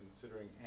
considering